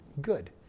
Good